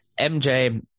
MJ